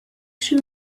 she